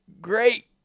great